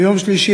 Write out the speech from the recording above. ביום שלישי,